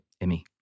Emmy